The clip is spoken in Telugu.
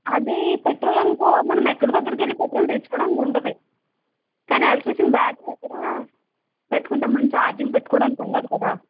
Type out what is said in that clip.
అదే పెట్రోల్ అనుకో మనం ఎక్కడకొక్కడికి వెళ్ళి పెట్రోల్ తెచ్చుకోడానికి ఉంటుంది కానీ ఎలక్ట్రీషియన్ బ్యాటరీ అయిపోయాక పెట్టుకుంటే మనం ఛార్జింగ్ పెట్టుకోడానికి ఉండదు కదా